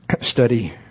study